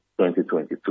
2022